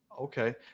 Okay